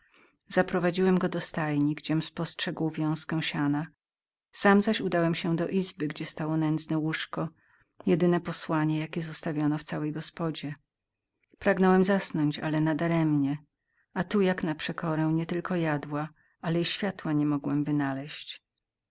zaprowadziłem go do stajni gdziem spostrzegł wiązkę siana sam zaś udałem się do izby gdzie leżała garść słomy jedyne posłanie jakie zostawiono w całej gospodzie pragnąłem zasnąć ale nadaremnie a tu jak na przekorę nie tylko jadła ale i światła nie mogłem